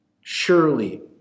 Surely